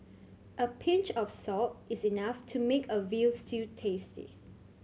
a pinch of salt is enough to make a veal stew tasty